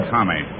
Tommy